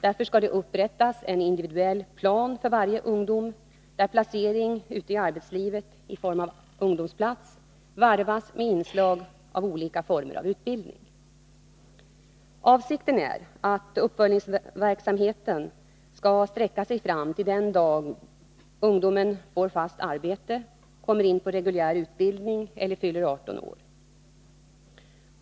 Därför skall det upprättas en individuell plan för varje ungdom där placering ute i arbetslivet i form av ungdomsplats varvas med inslag av olika former av utbildning. Avsikten är att uppföljningsverksamheten skall sträcka sig fram till den dag ungdomen får fast arbete, kommer in på reguljär utbildning eller fyller 18 år.